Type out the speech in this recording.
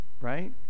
right